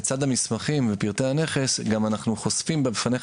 לצד המסמכים ופרטי הנכס גם אנחנו חושפים בפניך